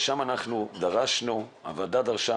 ושם הוועדה דרשה